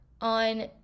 on